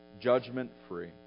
judgment-free